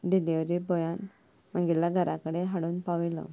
delivery बॉयान म्हगेल्या घरा कडेन हाडून पावयलो